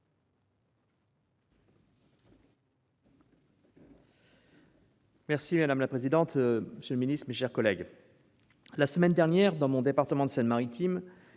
Marie. Madame la présidente, monsieur le secrétaire d'État, mes chers collègues, la semaine dernière, dans mon département de la Seine-Maritime,